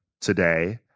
today